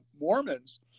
mormons